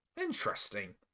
Interesting